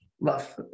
Love